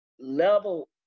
level